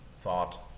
thought